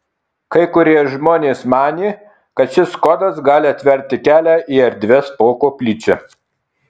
kai kurie žmonės manė kad šis kodas gali atverti kelią į erdves po koplyčia